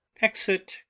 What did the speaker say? Exit